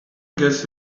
guess